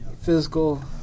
physical